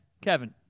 Kevin